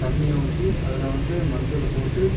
தண்ணீயை ஊற்றி அதில் வந்து மஞ்சளை போட்டு